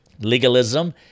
Legalism